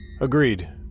Agreed